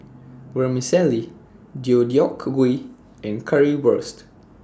Vermicelli Deodeok Gui and Currywurst